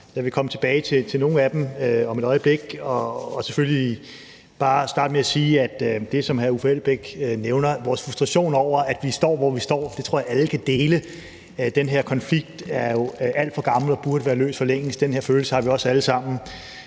Jeg vil komme tilbage til nogle af dem om et øjeblik og selvfølgelig bare starte med at sige, at jeg tror, at alle kan dele den frustration over, at vi står, hvor vi står, som hr. Uffe Elbæk nævner. Den her konflikt er jo alt for gammel og burde være løst for længst. Den følelse har vi også alle sammen.